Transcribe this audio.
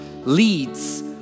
leads